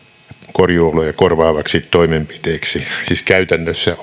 korjuuoloja korvaavaksi toimenpiteeksi siis käytännössä